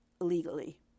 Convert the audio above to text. illegally